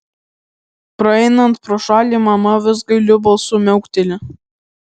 praeinant pro šalį mama vis gailiu balsu miaukteli